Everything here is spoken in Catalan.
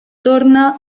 torna